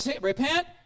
Repent